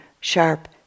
sharp